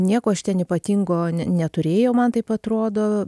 nieko aš ten ypatingo ne neturėjau man taip atrodo